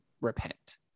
repent